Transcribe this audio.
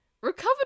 recovered